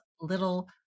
little